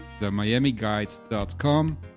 themiamiguide.com